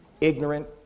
ignorant